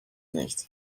nicht